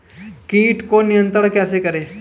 कीट को नियंत्रण कैसे करें?